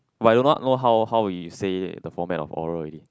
but I do not know how how we say the format of oral already